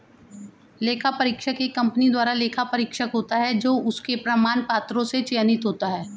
लेखा परीक्षक एक कंपनी द्वारा लेखा परीक्षक होता है जो उसके प्रमाण पत्रों से चयनित होता है